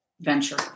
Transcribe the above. venture